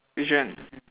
which one